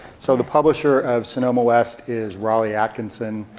so the publisher of sonoma west is rawley atkinson.